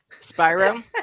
Spyro